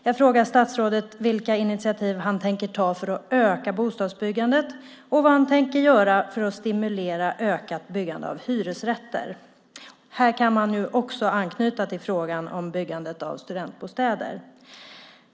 Jag frågar statsrådet vilka initiativ han tänker ta för att öka bostadsbyggandet och vad han tänker göra för att stimulera ökat byggande av hyresrätter. Här kan man nu också anknyta till frågan om byggandet av studentbostäder.